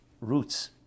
roots